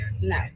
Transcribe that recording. No